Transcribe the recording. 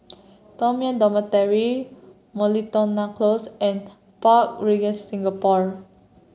Toh Dormitory Miltonia Close and Park Regis Singapore